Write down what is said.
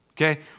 Okay